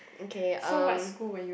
okay um